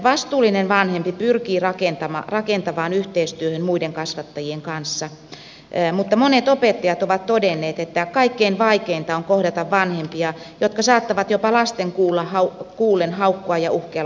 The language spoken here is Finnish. vastuullinen vanhempi pyrkii rakentavaan yhteistyöhön muiden kasvattajien kanssa mutta monet opettajat ovat todenneet että kaikkein vaikeinta on kohdata vanhempia jotka saattavat jopa lasten kuullen haukkua ja uhkailla opettajaa